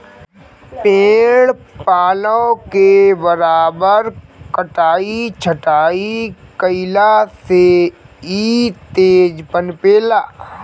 पेड़ पालो के बराबर कटाई छटाई कईला से इ तेज पनपे ला